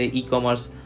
e-commerce